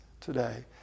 today